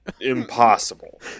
Impossible